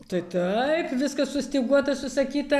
tai taip viskas sustyguota susakyta